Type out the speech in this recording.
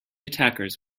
attackers